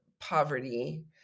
poverty